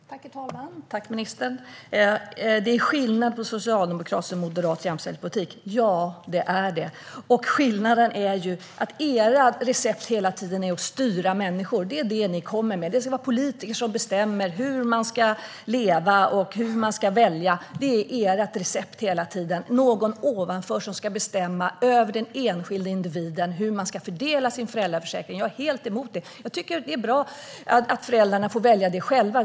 Herr talman! Tack, ministern! Ja, det är skillnad på socialdemokratisk och moderat jämställdhetspolitik. Och skillnaden är att ert recept hela tiden är att styra människor. Det är det ni kommer med. Politiker ska bestämma hur man ska leva och hur man ska välja. Ert recept är hela tiden att någon ovanför ska bestämma över hur de enskilda individernas föräldraförsäkring ska fördelas. Jag är helt emot det. Jag tycker att det är bra att föräldrarna får välja det själva.